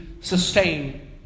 sustain